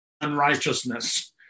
unrighteousness